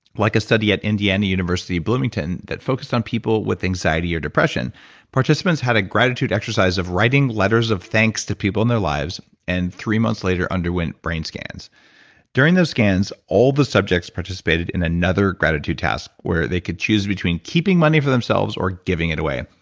like a study at indiana university of bloomington, that focused on people with anxiety or depression participants had a gratitude exercise of writing letters of thanks to people in their lives and three months later underwent brain scans during those scans, all the subjects participated in another gratitude task where they could choose between keeping money for themselves or giving it away.